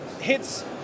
hits